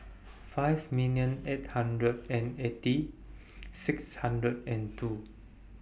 five million eight hundred and eighty six hundred and two